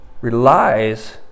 relies